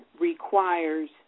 requires